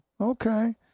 Okay